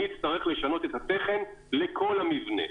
אני אצטרך לשנות את התכן לכל המבנה.